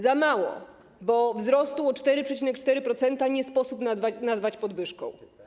Za mało, bo wzrostu o 4,4% nie sposób nazwać podwyżką.